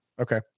Okay